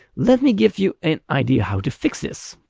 let me give you an idea how to fix this.